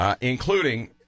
including